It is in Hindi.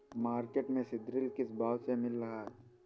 मार्केट में सीद्रिल किस भाव में मिल रहा है?